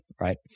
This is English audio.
right